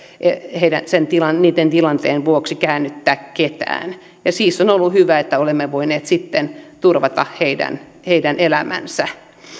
niitten tilanteen vuoksi käännyttää ketään on siis ollut hyvä että olemme voineet sitten turvata heidän heidän elämänsä